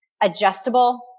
adjustable